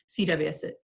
CWS